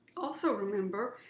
also, remember,